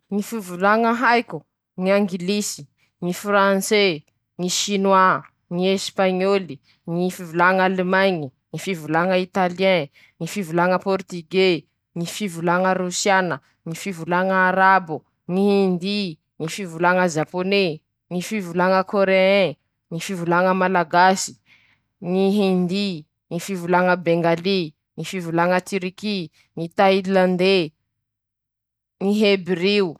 Ndreto aby ñy karazany ñy voro :-ñy aigle. -ñy pigeons. -ñy parro.-ñy pingoing. -ñy voron-dolo. -ñy voro manga.-ñy komintsy. -ñy kibo. -ñy tsikotsy.-ñy gañàky.-ñy papango. -ñy siotse. -ñy kibo.